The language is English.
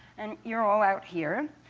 and you're all out here.